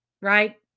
right